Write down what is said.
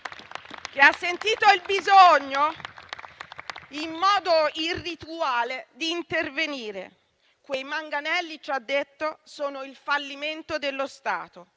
che ha sentito il bisogno, in modo irrituale, di intervenire. Quei manganelli - ci ha detto - sono il fallimento dello Stato,